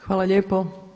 Hvala lijepo.